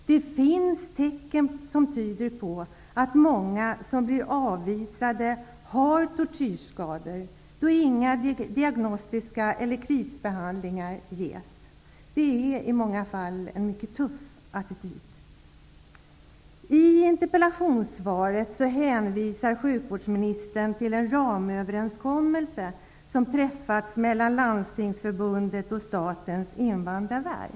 Det finns tecken som tyder på att många som blir avvisade har tortyrskador men ingen diagnos eller krisbehandling har givits. Det är i många fall en mycket tuff attityd. I interpellationssvaret hänvisar sjukvårdsministern till en ramöverenskommelse som träffats mellan Det avtalet finns inte längre.